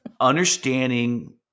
understanding